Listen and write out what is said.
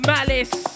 Malice